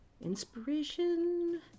Inspiration